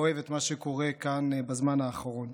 ואוהב את מה שקורה כאן בזמן האחרון.